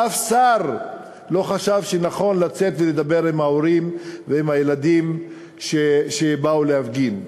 אף שר לא חשב שנכון לצאת לדבר עם ההורים ועם הילדים שבאו להפגין.